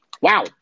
Wow